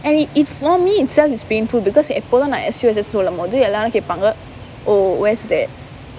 and i~ if for me itself it's painful because எப்போதும் நான்:eppothum naan S_U_S_S சொல்லும்போது எல்லாரும் கேப்பாங்க:sollumpothu ellaarum keppaanga oh where's that